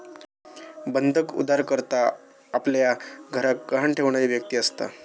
बंधक उधारकर्ता आपल्या घराक गहाण ठेवणारी व्यक्ती असता